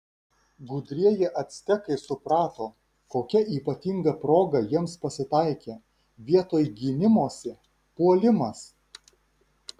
gudrieji actekai suprato kokia ypatinga proga jiems pasitaikė vietoj gynimosi puolimas